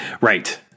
Right